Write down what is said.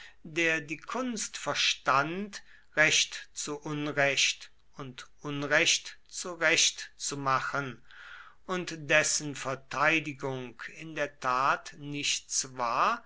der die kunst verstand recht zu unrecht und unrecht zu recht zu machen und dessen verteidigung in der tat nichts war